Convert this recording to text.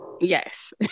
Yes